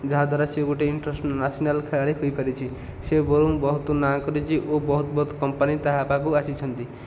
ଯାହାଦ୍ଵାରା ସିଏ ଗୋଟିଏ ଇନ୍ଟରନ୍ୟାସନାଲ୍ ଖେଳାଳି ହୋଇପାରିଛି ସିଏ ବରଂ ବହୁତ ନାଁ କରିଛି ଓ ବହୁତ ବହୁତ କମ୍ପାନୀ ତାହା ପାଖକୁ ଆସିଛନ୍ତି